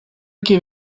gave